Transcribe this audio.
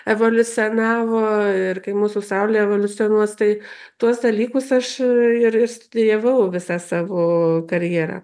evoliucionavo ir kaip mūsų saulė evoliucionuos tai tuos dalykus aš ir ir studijavau visą savo karjerą